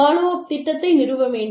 follow up திட்டத்தை நிறுவ வேண்டும்